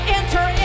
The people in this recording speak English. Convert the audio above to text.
enter